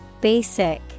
Basic